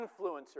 influencers